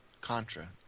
Contra